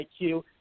IQ